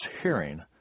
hearing